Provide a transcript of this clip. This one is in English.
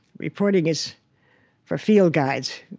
reporting is for field guides.